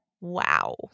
Wow